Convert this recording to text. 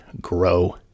grow